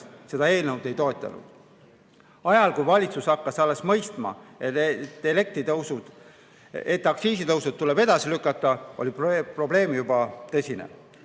seda eelnõu ei toetanud. Ajal, kui valitsus hakkas alles mõistma, et aktsiisitõusud tuleb edasi lükata, oli probleem juba tõsine.